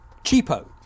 Cheapo